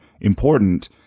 important